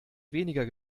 weniger